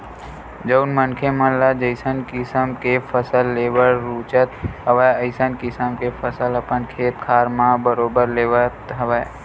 जउन मनखे मन ल जइसन किसम के फसल लेबर रुचत हवय अइसन किसम के फसल अपन खेत खार मन म बरोबर लेवत हवय